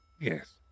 Yes